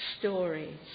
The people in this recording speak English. stories